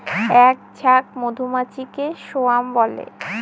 এক ঝাঁক মধুমাছিকে স্বোয়াম বলে